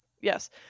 Yes